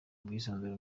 ubwisungane